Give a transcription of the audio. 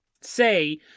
say